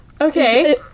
Okay